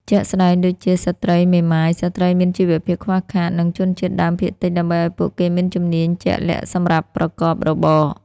ជាក់ស្ដែងដូចជា ស្ត្រីមេម៉ាយ ស្ត្រីមានជីវភាពខ្វះខាត និងជនជាតិដើមភាគតិច ដើម្បីឱ្យពួកគេមានជំនាញជាក់លាក់សម្រាប់ប្រកបរបរ។